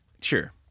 Sure